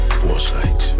foresight